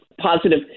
positive